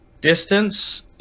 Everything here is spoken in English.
Distance